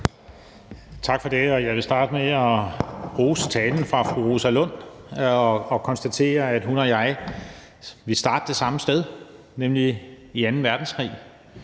Tak for det. Jeg vil starte med at rose talen fra fru Rosa Lund og konstatere, at hun og jeg starter det samme sted, nemlig i anden verdenskrig.